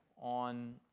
on